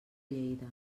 lleida